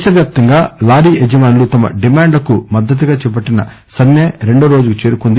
దేశవ్యాప్తంగా లారీ యజమానులు తమ డిమాండ్ లకు మద్దతుగా చేపట్టిన సమ్మి రెండో రోజుకు చేరుకుంది